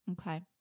Okay